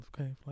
okay